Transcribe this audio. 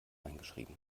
eingeschrieben